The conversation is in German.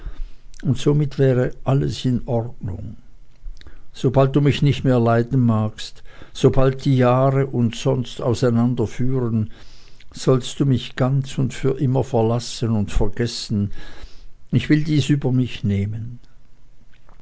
und somit wäre alles in der ordnung sobald du mich nicht mehr leiden magst sobald die jahre uns sonst auseinanderführen sollst du mich ganz und für immer verlassen und vergessen ich will dies über mich nehmen